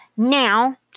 Now